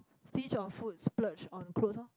stinge on food splurge on clothes lor